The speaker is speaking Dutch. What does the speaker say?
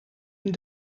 een